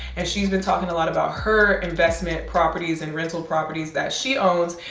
and she's been talking lot about her investment properties and rental properties that she owns.